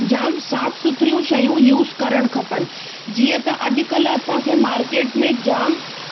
जाम साफ़ु सुथरियूं शयूं यूज़ करणु खपनि जीअं त अॼुकल्ह असांखे मार्केट में जाम